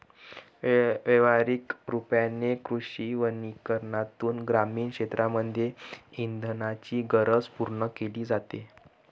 व्यवहारिक रूपाने कृषी वनीकरनातून ग्रामीण क्षेत्रांमध्ये इंधनाची गरज पूर्ण केली जाते